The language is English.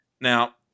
now